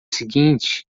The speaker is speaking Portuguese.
seguinte